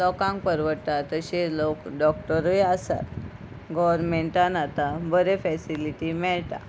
लोकांक परवडटा तशे लोक डॉक्टरूय आसात गोवर्मेंटान आतां बरे फेसिलिटी मेळटा